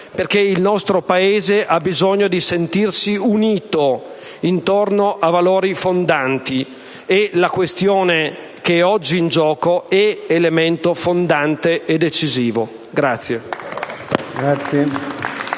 perché il nostro Paese ha bisogno di sentirsi unito intorno a valori fondanti e la questione che oggi è in gioco è elemento fondante e decisivo.